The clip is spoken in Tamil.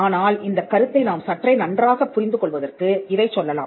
ஆனால் இந்தக் கருத்தை நாம் சற்றே நன்றாகப் புரிந்து கொள்வதற்கு இதைச் சொல்லலாம்